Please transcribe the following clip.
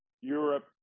Europe